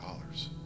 dollars